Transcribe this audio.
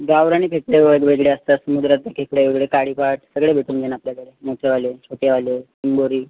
गावरानी खेकडे वेगवेगळे असतात समुद्रातले खेकडे वेगळे काळीपात सगळे भेटून जाईल आपल्याकडे मोठेवाले छोटेवाले चिंबोरी